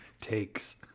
takes